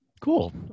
Cool